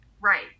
right